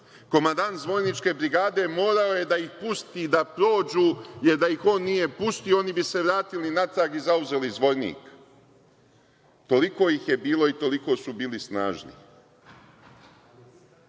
komandant Zvorničke brigade morao je da ih pusti da prođu, jer da ih on nije pustio oni bi se vratili natrag i zauzeli Zvornik. Toliko ih je bilo i toliko su bili snažni.